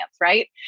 Right